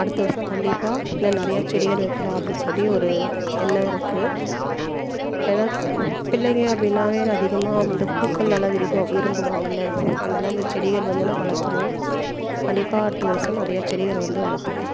அடுத்த வருடம் கண்டிப்பாக இன்னும் நிறையா செடிகள் வைக்கலாம் அப்படி சொல்லி ஒரு எண்ணம் இருக்குது ஏன்னா பிள்ளைங்க அப்படினாவே அதிகமாக வந்து பூக்கள் நல்லா வரும் விரும்புவாங்கள்ல அதனால் அந்த செடிகள் வந்தோனே வளர்த்துணும் கண்டிப்பாக அடுத்த வருடம் நிறையா செடிகள் வந்து வளர்த்துவேன்